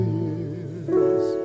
years